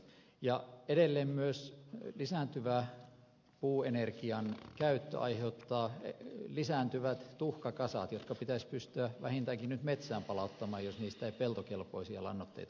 ja edelleen myös lisääntyvä puuenergian käyttö aiheuttaa lisääntyvät tuhkakasat jotka pitäisi pystyä vähintäänkin nyt metsään palauttamaan jos niistä ei peltokelpoisia lannoitteita pystytä rakentamaan